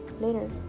later